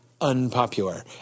unpopular